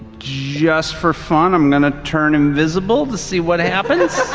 just for fun, i'm going to turn invisible to see what happens?